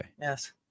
Yes